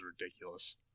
ridiculous